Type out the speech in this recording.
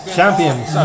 champions